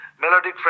melodic